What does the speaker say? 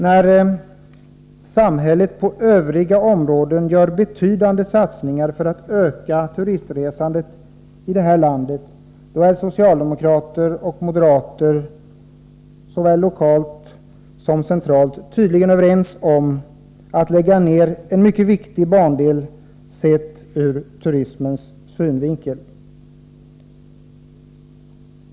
När samhället på övriga områden gör betydande satsningar för att öka turistresandet i det här landet är socialdemokrater och moderater såväl lokalt som centralt tydligen överens om att lägga ned en mycket viktig bandel sett ur turismens synvinkel.